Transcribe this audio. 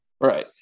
Right